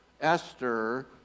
Esther